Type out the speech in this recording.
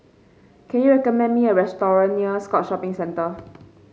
can you recommend me a near Scotts Shopping Centre